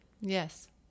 Yes